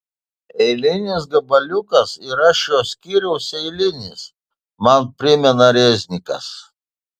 eilinis gabaliukas yra šio skyriaus eilinis man primena reznikas